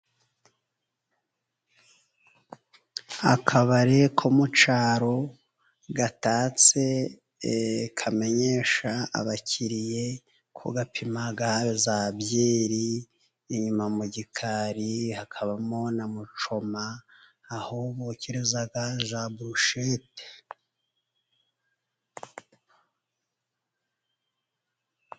Akabari ko mu cyaro gatatse, kamenyesha abakiriya ko gapima za byeri, inyuma mu gikari hakabamo na mucoma aho bokereza za boroshete.